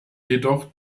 jedoch